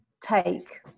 take